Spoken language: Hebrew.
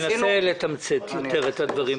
תנסה לתמצת יותר את הדברים,